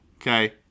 Okay